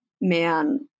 man